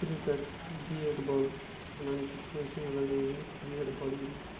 cricket bat ball یَتھ أسۍ وَنان چھِ کٲشِر لینٛگویجہِ بیٹ بال گِنٛدو